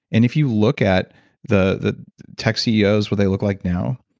and if you look at the the tech ceos what they look like now,